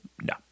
No